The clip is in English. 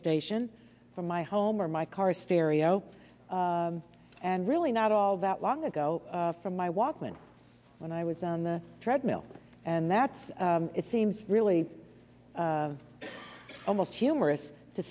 station from my home or my car stereo and really not all that long ago from my walkman when i was on the treadmill and that's it seems really almost humorous to